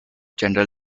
general